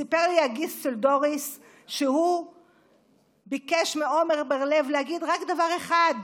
סיפר לי הגיס של דוריס שהוא ביקש מעמר בר לב להגיד רק דבר אחד: